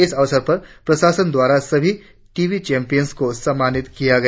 इस अवसर पर प्रशासन द्वारा सभी टी वी चैंपियन्स को सम्मानित किया गया